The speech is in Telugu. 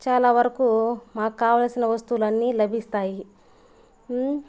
చాలా వరకు మాక్కావలసిన వస్తువులు అన్నీ లభిస్తాయి